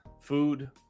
food